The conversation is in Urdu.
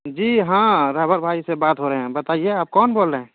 جی ہاں رہبر بھائی سے بات ہو رہے ہیں بتائیے آپ کون بول رہے ہیں